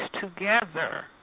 together